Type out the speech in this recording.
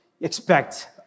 expect